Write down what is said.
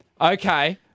Okay